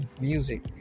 music